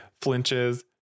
flinches